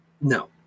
No